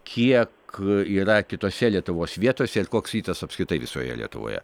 kiek yra kitose lietuvos vietose koks rytas apskritai visoje lietuvoje